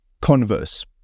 converse